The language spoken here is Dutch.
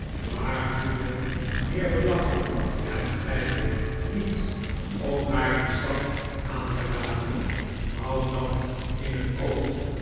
maar hoeveel meer belang hebt gij niet om haar dien stap aan te raden houd dat in het oog